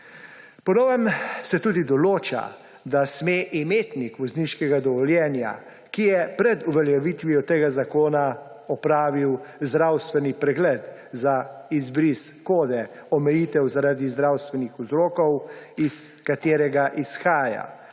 Po novem se tudi določa, da sme imetnik vozniškega dovoljenja, ki je pred uveljavitvijo tega zakona opravil zdravstveni pregled za izbris kode omejitev zaradi zdravstvenih vzrokov, iz katerega izhaja,